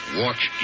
watch